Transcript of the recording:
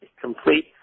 complete